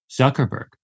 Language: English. zuckerberg